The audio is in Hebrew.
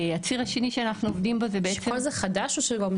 הציר השני שבו אנחנו עובדים בו זה --- כל זה חדש או שכבר מתקיים?